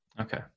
Okay